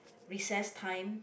recess time